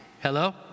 Hello